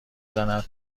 زند